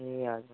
ए हजुर